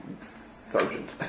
sergeant